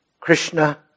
Krishna